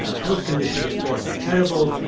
ah health conditions, of course, are terrible.